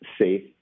safe